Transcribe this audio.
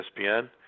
ESPN